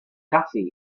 cathy